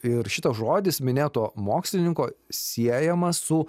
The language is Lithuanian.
ir šitas žodis minėto mokslininko siejamas su